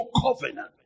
covenant